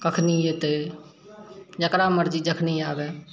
कखनी एतै जेकरा मरजी जखनी आबै